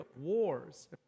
wars